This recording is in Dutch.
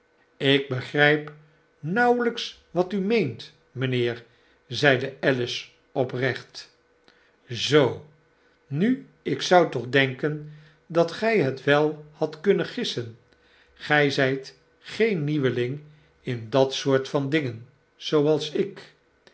ik begrijp nauwelijks wat u meent mynheer zeide alice oprecht zoo nu ik zou toch denken dat gij het wel hadt kunnen gissen gry zijt geen nieuweling in dat soort van dingen zooals ik